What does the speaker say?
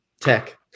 tech